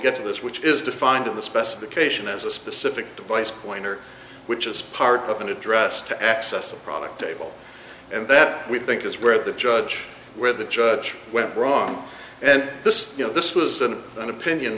get to this which is defined in the specification as a specific device pointer which is part of an address to access a product table and that we think is where the judge where the judge went wrong and this is you know this was an opinion